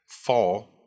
fall